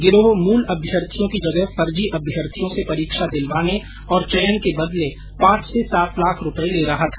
गिरोह मूल अभ्यर्थियों की जगह फर्जी अभ्यर्थियों से परीक्षा दिलवाने और चयन के बदले पांच से सात लाख रूपए ले रहा था